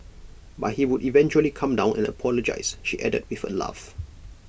but he would eventually calm down and apologise she added with A laugh